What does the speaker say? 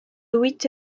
witte